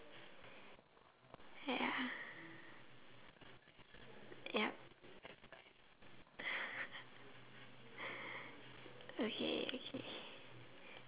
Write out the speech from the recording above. ya yup okay okay